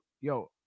yo